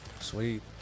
Sweet